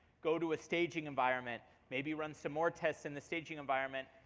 go to a staging environment, maybe run so more tests in the staging environment,